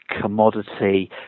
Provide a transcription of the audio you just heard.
commodity